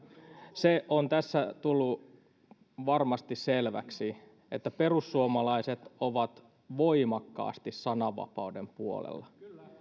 se on tässä tullut varmasti selväksi että perussuomalaiset ovat voimakkaasti sananvapauden puolella